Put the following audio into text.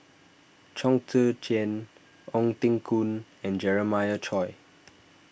Chong Tze Chien Ong Teng Koon and Jeremiah Choy